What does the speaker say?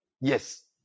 Yes